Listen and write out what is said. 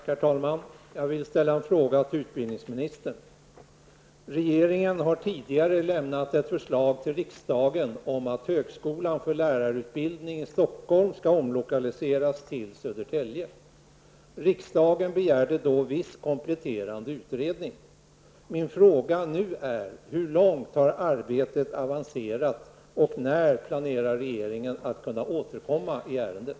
Herr talman! Jag vill ställa en fråga till utbildningsministern. Regeringen har tidigare lämnat ett förslag till riksdagen om att högskolan för lärarutbildning i Stockholm skall lokaliseras till Södertälje. Riksdagen begärde då viss kompletterande utredning. Min fråga är: Hur långt har det arbetet avancerat, och när planerar regeringen att kunna återkomma i ärendet?